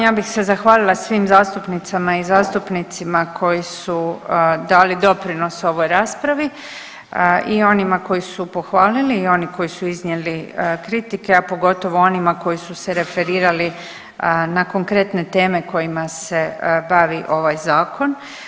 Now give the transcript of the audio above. Ja bih se zahvalila svim zastupnicama i zastupnicima koji su dali doprinos ovoj raspravi i onima koji su pohvalili i oni koji su iznijeli kritike, a pogotovo onima koji su se referirali na konkretne teme kojima se bavi ovaj Zakon.